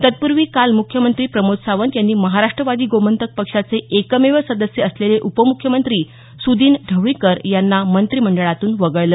तत्पूर्वी काल मुख्यमंत्री प्रमोद सावंत यांनी महाराष्ट्रवादी गोमंतक पक्षाचे एकमेव सदस्य असलेले उपमुख्यमंत्री सुदीन ढवळीकर यांना मंत्रीमंडळातून वगळले